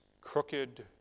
crooked